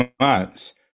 months